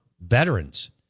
veterans